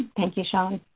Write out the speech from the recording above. thank you shawn.